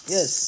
Yes